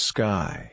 Sky